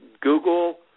Google